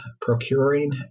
procuring